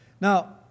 Now